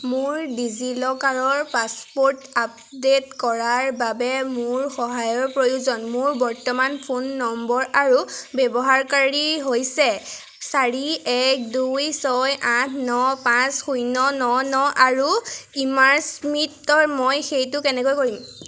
মোৰ DigiLocker passport update কৰাৰ বাবে মোক সহায়ৰ প্ৰয়োজন মোৰ বৰ্তমান ফোন নম্বৰ আৰু ব্যৱহাৰকাৰী হৈছে চাৰি এক দুই ছয় আঠ ন পাঁচ শূণ্য ন ন আৰু ইম্মাৰ স্মিটৰ মই সেইটো কেনেকৈ কৰিম